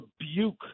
rebuke